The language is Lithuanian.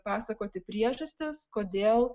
pasakoti priežastis kodėl